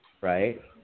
right